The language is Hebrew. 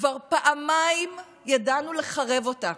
כבר פעמיים ידענו לחרב אותה